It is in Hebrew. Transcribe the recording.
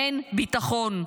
אין ביטחון.